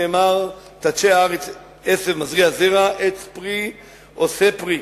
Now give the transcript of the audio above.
נאמר: "תדשא הארץ דשא עשב מזריע זרע עץ פרי עשה פרי".